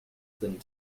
than